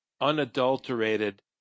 unadulterated